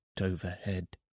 overhead